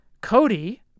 Cody